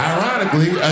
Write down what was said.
Ironically